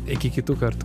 iki kitų kartų